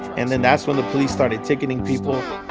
and then that's when the police started ticketing people.